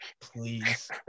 Please